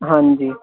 ਹਾਂਜੀ